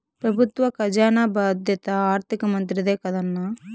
పెబుత్వ కజానా బాధ్యత ఆర్థిక మంత్రిదే కదన్నా